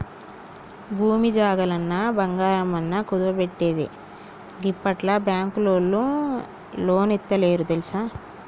భూమి జాగలన్నా, బంగారమన్నా కుదువబెట్టందే గిప్పట్ల బాంకులోల్లు లోన్లిత్తలేరు తెల్సా